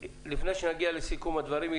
אמרת דברים חשובים.